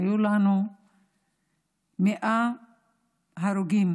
היו לנו 100 הרוגים